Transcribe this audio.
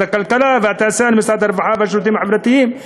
הכלכלה והתעשייה למשרד הרווחה והשירותים החברתיים,